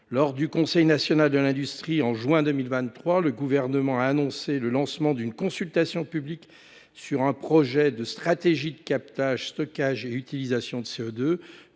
Lors du Conseil national de l’industrie, au mois de juin 2023, le gouvernement a annoncé le lancement d’une consultation publique sur un projet de stratégie de captage, stockage et utilisation de CO2.